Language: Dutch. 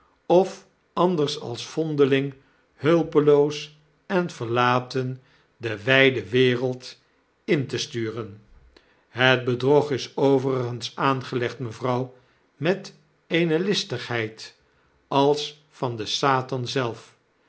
helpen ofanders als vondeling hulpeloos en verlaten de wyde wereld in te sturen het bedrog is overigens aangelegd mevrouw met eene listigheid als van den satan zelf